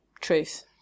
truth